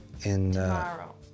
Tomorrow